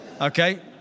Okay